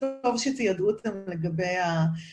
טוב שציידו אותם לגבי ה...